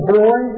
boy